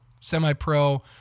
semi-pro